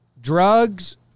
Drugs